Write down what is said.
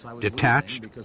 Detached